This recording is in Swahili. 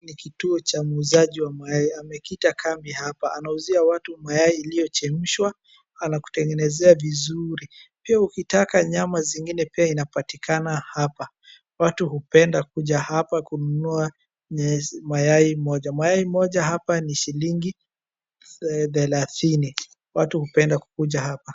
Ni kituo cha muuzaji wa mayai. Amekita kambi hapa. Anauzia watu mayai iliyo chemshwa, anakutengenezea vizuri. Pia ukitaka nyama zingine pia inapatikana hapa. Watu hupenda kuja hapa kununua mayai moja. Mayai moja hapa ni shilingi thelathini. Watu hependa kukuja hapa.